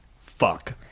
fuck